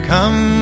Come